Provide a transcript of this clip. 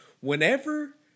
Whenever